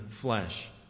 flesh